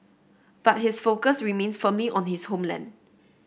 but his focus remains firmly on his homeland